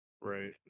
Right